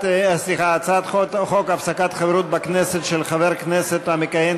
הצעת חוק הפסקת חברות בכנסת של חבר הכנסת המכהן